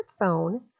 smartphone